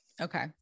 Okay